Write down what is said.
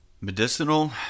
Medicinal